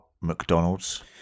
mcdonald's